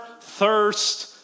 thirst